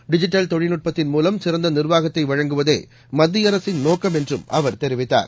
digital தொழில்நுட்பத்தின் மூலம் சிறந்த நிர்வாகத்தை வழங்குவதே மத்திய அரசின் நோக்கம் என்றும் அவர் தெரிவித்தார்